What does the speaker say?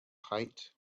height